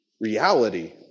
reality